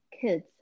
kids